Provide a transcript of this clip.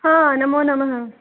हा नमो नमः